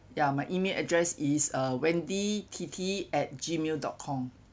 ya my email address is uh wendy T T at gmail dot com